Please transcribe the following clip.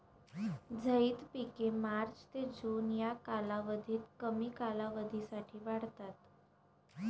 झैद पिके मार्च ते जून या कालावधीत कमी कालावधीसाठी वाढतात